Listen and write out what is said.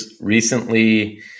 recently